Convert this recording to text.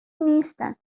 نیستند